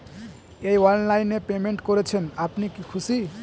এই অনলাইন এ পেমেন্ট করছেন আপনি কি খুশি?